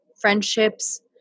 friendships